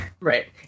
Right